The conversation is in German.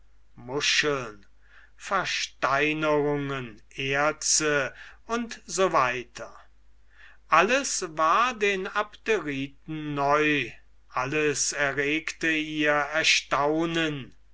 muscheln versteinerungen erze u s w alles war den abderiten neu alles erregte ihr erstaunen